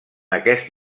aquest